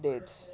dates